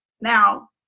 Now